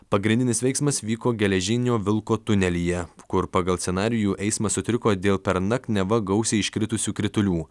pagrindinis veiksmas vyko geležinio vilko tunelyje kur pagal scenarijų eismas sutriko dėl pernakt neva gausiai iškritusių kritulių